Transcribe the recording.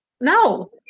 no